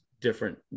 different